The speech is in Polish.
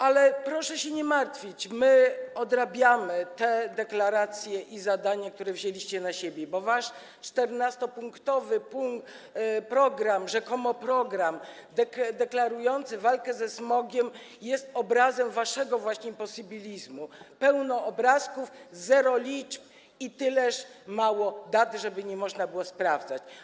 Ale proszę się nie martwić, my odrabiamy te deklaracje i zadania, które wzięliście na siebie, bo wasz 14-punktowy program, rzekomo deklarujący walkę ze smogiem, jest obrazem właśnie waszego imposybilizmu: pełno obrazków, zero liczb i tyleż mało dat, żeby nie można było sprawdzać.